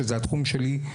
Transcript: שזה התחום שלי,